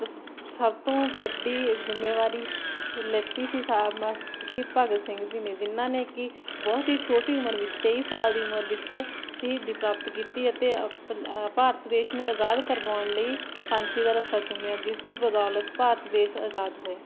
ਸਭ ਤੋਂ ਵੱਡੀ ਜ਼ਿੰਮੇਵਾਰੀ ਲਿਤੀ ਸੀ ਸਾਹਿਬ ਸ਼ਹੀਦ ਭਗਤ ਸਿੰਘ ਜੀ ਨੇ ਜਿਹਨਾਂ ਨੇ ਕਿ ਬਹੁਤ ਹੀ ਛੋਟੀ ਉਮਰ ਵਿੱਚ ਤੇਈ ਸਾਲ ਦੀ ਉਮਰ ਵਿੱਚ ਸ਼ਹੀਦੀ ਪ੍ਰਾਪਤ ਕੀਤੀ ਅਤੇ ਭ ਭਾਰਤ ਦੇਸ਼ ਨੂੰ ਆਜ਼ਾਦ ਕਰਵਾਉਣ ਲਈ ਫਾਂਸੀ ਦਾ ਰੱਸਾ ਚੁੰਮਿਆ ਜਿਸ ਦੀ ਬਦੌਲਤ ਭਾਰਤ ਦੇਸ਼ ਆਜ਼ਾਦ ਹੋਇਆ